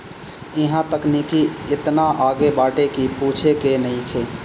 इहां तकनीकी एतना आगे बाटे की पूछे के नइखे